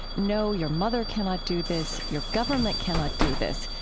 no, your mother cannot do this. your government cannot do this.